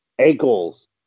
ankles